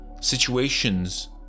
Situations